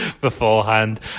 beforehand